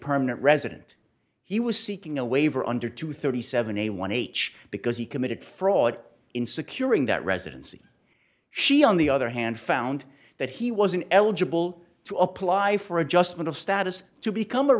permanent resident he was seeking a waiver under two thirty seven a one because he committed fraud in securing that residency she on the other hand found that he wasn't eligible to apply for adjustment of status to become a